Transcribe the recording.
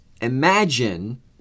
imagine